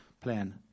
plan